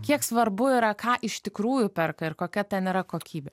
kiek svarbu yra ką iš tikrųjų perka ir kokia ten yra kokybė